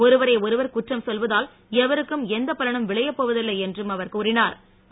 ஒருவரை ஒருவர் குற்றம் சொல்வதால் எவருக்கும் எந்த பலனும் விளையப் போவ தில்லை என்றும் அவர் கூறினா ர்